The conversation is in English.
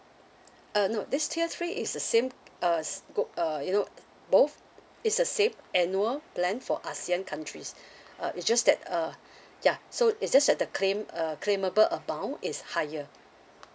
uh no this tier three is the same uh s~ go~ uh you know both is the same annual plan for ASEAN countries uh it's just that uh ya so it's just that the claim uh claimable amount is higher